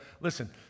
listen